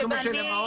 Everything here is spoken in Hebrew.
בדיוק כמו שלמעון.